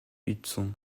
hudson